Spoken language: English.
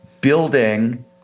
building